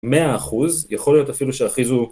מאה אחוז, יכול להיות אפילו שאפילו...